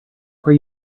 where